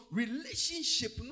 relationship